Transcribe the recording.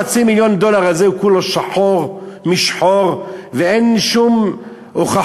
וכל חצי מיליון הדולר הזה הוא כולו שחור משחור ואין שום הוכחות.